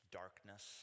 darkness